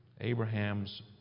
Abraham's